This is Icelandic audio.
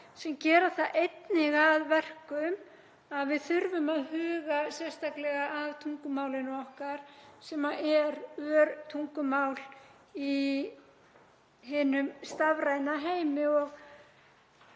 sem gera það einnig að verkum að við þurfum að huga sérstaklega að tungumálinu okkar, sem er örtungumál í hinum stafræna heimi.